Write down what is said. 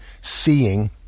seeing